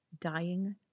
Dying